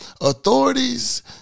authorities